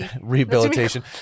rehabilitation